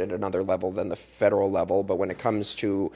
at another level than the federal level but when it comes to